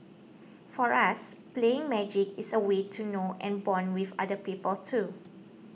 for us playing magic is a way to know and bond with other people too